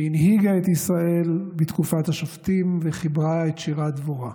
שהנהיגה את ישראל בתקופת השופטים וחיברה את שירת דבורה.